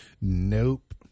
Nope